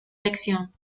lección